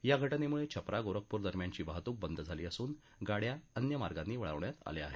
या घटनेमुळे छपरा गोरखपूर दरम्यानची वाहतूक बंद झाली असून गाड्या अन्य मार्गांनी वळवण्यात आल्या आहेत